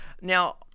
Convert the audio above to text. now